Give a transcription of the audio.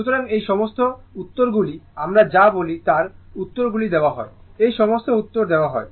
সুতরাং এই সমস্ত উত্তরগুলিকে আমরা যা বলি তার উত্তরগুলি দেওয়া হয় এই সমস্ত উত্তর দেওয়া হয়